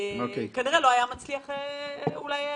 הוא לא היה מצליח להשיג.